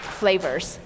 flavors